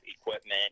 equipment